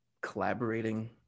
collaborating